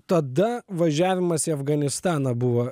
tada važiavimas į afganistaną buvo